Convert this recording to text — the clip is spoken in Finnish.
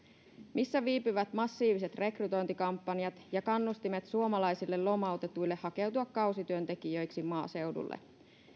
missä viipyvät massiiviset rekrytointikampanjat ja kannustimet suomalaisille lomautetuille hakeutua kausityöntekijöiksi maaseudulle